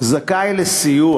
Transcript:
זכאי לסיוע